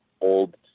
old